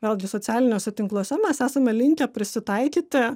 vėlgi socialiniuose tinkluose mes esame linkę prisitaikyti